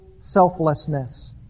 selflessness